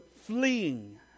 fleeing